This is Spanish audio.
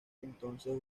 entonces